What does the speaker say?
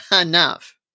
enough